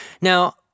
Now